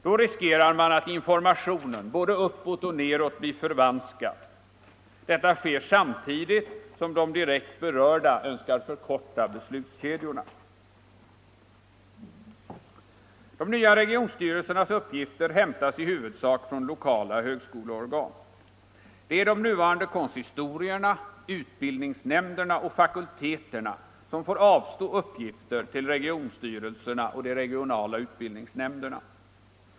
Då riskerar man att informationen både uppåt och neråt blir förvanskad samtidigt som de direkt berörda önskar förkortad beslutskedja. De nya regionstyrelsernas uppgifter hämtas i huvudsak från lokala högskoleorgan. Det är de nuvarande konsistorierna, utbildningsnämnderna och fakulteterna som får avstå uppgifter till regionstyrelserna och de regionala utbildningsnämnderna.